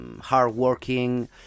hardworking